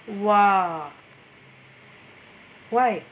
!wah! why